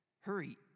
Hurry